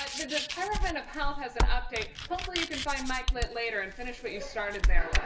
the department of health has an update hopefully you can find mike litt later and finish what you started there.